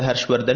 Harsh Vardhan